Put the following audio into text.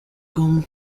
com